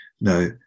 No